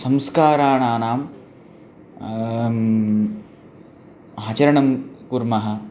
संस्काराणाम् आचरणं कुर्मः